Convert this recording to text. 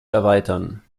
erweitern